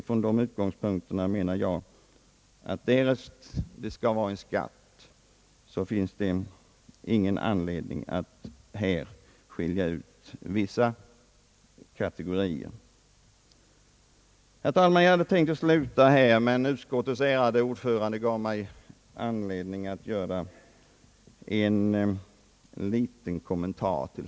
Mot bakgrunden härav anser jag att det, därest det skall införas en skatt i detta fall, inte finns någon anledning att skilja ut vissa kategorier av traktorerna och göra dessa skattefria. Herr talman! Jag hade tänkt att här sluta mitt anförande, men utskottets ärade ordförande gav mig anledning att göra en liten kommentar.